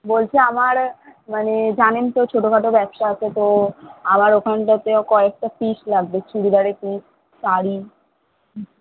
বলছি আমার মানে জানেন তো ছোটোখাটো ব্যবসা আছে তো আমার ওখানটাতে কয়েকটা পিস লাগবে চুড়িদারের পিস শাড়ি